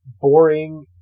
boring